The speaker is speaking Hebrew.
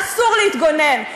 אסור להתגונן.